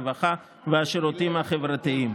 הרווחה והשירותים החברתיים.